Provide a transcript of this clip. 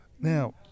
Now